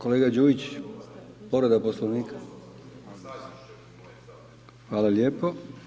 Kolega Đujić, povreda Poslovnika. … [[Upadica Đujić, ne razumije se.]] Hvala lijepo.